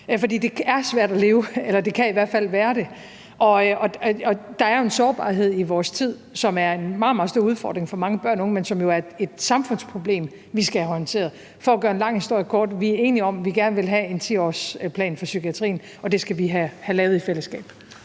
for det er svært at leve, eller det kan i hvert fald være det, og der er jo en sårbarhed i vores tid, som er en meget, meget stor udfordring for mange børn og unge, men som jo er et samfundsproblem, vi skal have håndteret. For at gøre en lang historie kort vil jeg sige, at vi er enige om, at vi gerne vil have en 10-årsplan for psykiatrien, og det skal vi have lavet i fællesskab.